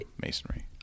masonry